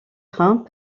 trains